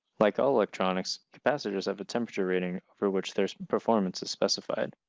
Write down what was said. like all electronics, capacitors have a temperature rating for which their performance is specified.